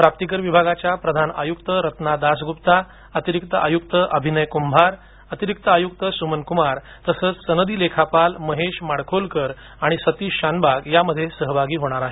प्राप्तीकर विभागाच्या प्रधान आयुक्त रत्ना दासगुप्ता अतिरिक्त आयुक्त अभिनय कुंभार अतिरिक्त आयुक्त सुमन कुमार तसंच सनदी लेखापाल महेश माडखोलकर आणि सतिश शानबाग यामध्ये सहभागी होणार आहे